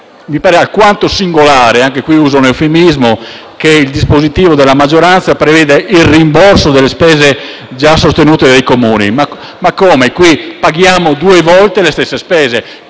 mi pare alquanto singolare, e anche in questo caso uso un eufemismo, che il dispositivo della maggioranza preveda il rimborso delle spese già sostenute dai Comuni. Ma come? Paghiamo due volte le stesse spese?